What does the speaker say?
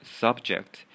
subject